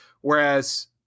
Whereas